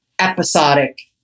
episodic